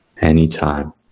anytime